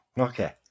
Okay